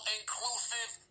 inclusive